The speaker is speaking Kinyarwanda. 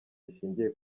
rishingiye